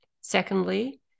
Secondly